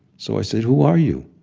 so i said, who are you?